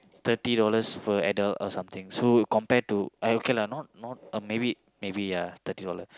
thirty dollars per adult or something so compare to eh okay lah not not or maybe maybe ya thirty dollar